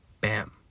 bam